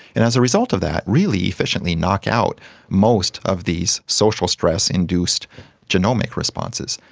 and as a result of that really efficiently knock out most of these social stress induced genomic responses.